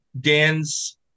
Dan's